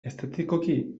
estetikoki